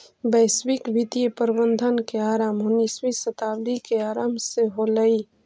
वैश्विक वित्तीय प्रबंधन के आरंभ उन्नीसवीं शताब्दी के आरंभ से होलइ